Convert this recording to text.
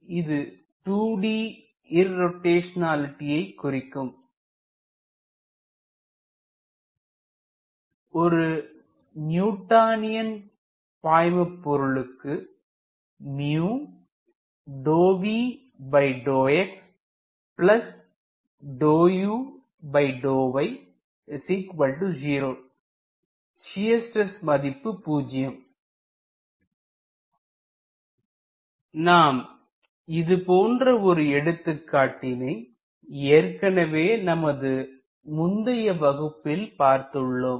இர்ரோடேஷ்னாலிட்டி குறிக்கும் ஒரு நியூட்டானியன் பாய்மபொருளுக்கு ஷியர் ஸ்ட்ரெஸ் நாம் இதுபோன்ற ஒரு எடுத்துக்காட்டினை ஏற்கனவே நமது முந்தைய வகுப்பில் பார்த்துள்ளோம்